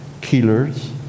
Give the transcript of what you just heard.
killers